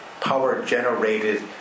power-generated